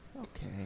Okay